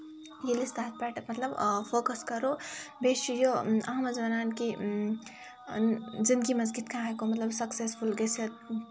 ییٚلہِ أسۍ تَتھ پٮ۪ٹھ مطلب فوکس کرو بیٚیہِ چھُ یہِ اَتھ منٛز وَنان کہِ زندگی منٛز کِتھ کٔنۍ ہیٚکو مطلب سَکسیس فول گٔژھِتھ